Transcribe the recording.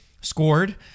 scored